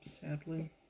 sadly